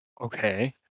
Okay